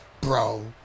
bro